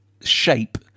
shape